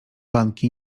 banki